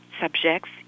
subjects